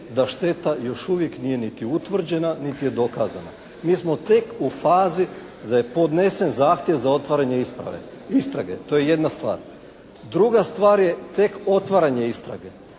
da šteta još uvijek nije niti utvrđena niti je dokazana. Mi smo tek u fazi da je podnesen zahtjev za otvaranje istrage. To je jedna stvar. Druga stvar je tek otvaranje istrage.